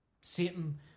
Satan